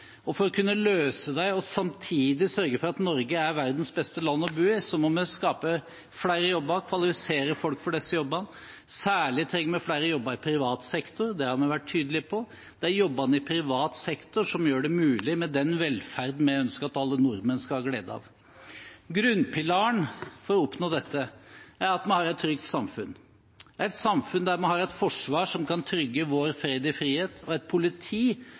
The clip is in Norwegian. og for å kunne løse dem og samtidig sørge for at Norge er verdens beste land å bo i, må vi skape flere jobber og kvalifisere folk for disse jobbene. Særlig trenger vi flere jobber i privat sektor – det har vi vært tydelige på. Det er jobbene i privat sektor som muliggjør den velferden vi ønsker at alle nordmenn skal ha glede av. Grunnpilaren for å oppnå dette er at vi har et trygt samfunn, et samfunn hvor vi har et forsvar som kan trygge vår fred og frihet, og et politi